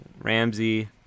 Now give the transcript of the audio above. Ramsey